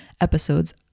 episodes